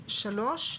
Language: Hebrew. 17(ד)(3),